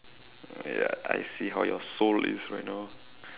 ya I see how your soul is right now